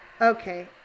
Okay